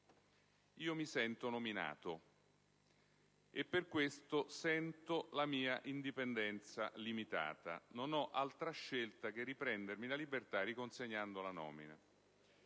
Mi sento nominato e per questo sento la mia indipendenza limitata. Non ho altra scelta che riprendermi la libertà riconsegnando la nomina».